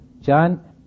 John